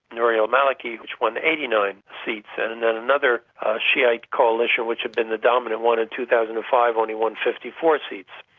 nouri al-maliki, which won eighty nine seats. and and then another shiite coalition, which had been the dominant one in two thousand and five, only won fifty four seats.